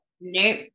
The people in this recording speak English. Nope